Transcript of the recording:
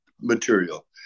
material